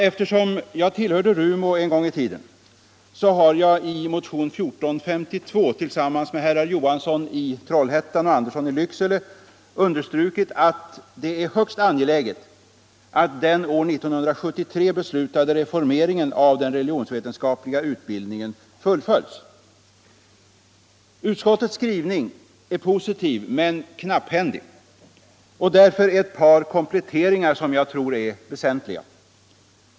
Eftersom jag tillhörde RUMO en gång i tiden har jag i motionen 1452 tillsammans med herrar Johansson i Trollhättan och Andersson i Lycksele understrukit att det är högst angeläget att den år 1973 beslutade reformeringen av den religionsvetenskapliga utbildningen fullföljs. Utskottets skrivning är positiv men knapphändig — därför ett par kompletteringar, som jag tror är väsentliga.